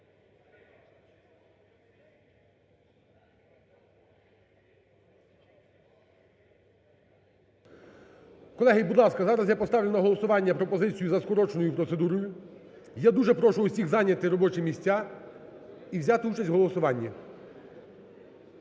Колеги, будь ласка, зараз я поставлю на голосування пропозицію за скороченою процедурою. Я дуже прошу всіх зайняти робочі місця і взяти участь у голосуванні.